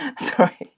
sorry